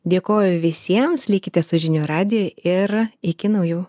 dėkoju visiems likite su žinių radiju ir iki naujų